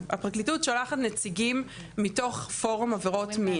הפרקליטות שולחת נציגים מתוך פורום עבירות מין,